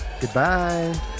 goodbye